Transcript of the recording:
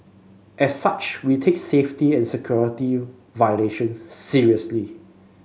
as such we take safety and security violation seriously